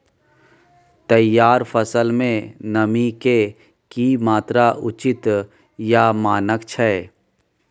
तैयार फसल में नमी के की मात्रा उचित या मानक छै?